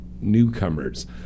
newcomers